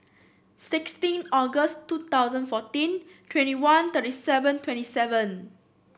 sixteen August two thousand fourteen twenty one thirty seven twenty seven